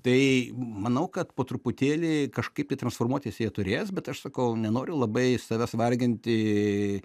tai manau kad po truputėlį kažkaip tai transformuotis jie turės bet aš sakau nenoriu labai savęs varginti